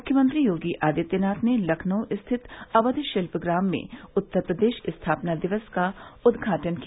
मुख्यमंत्री योगी आदित्यनाथ ने लखनऊ स्थित अवध शिल्प ग्राम में उत्तर प्रदेश स्थापना दिवस का उद्घाटन किया